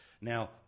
Now